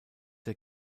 der